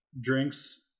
drinks